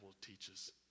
teaches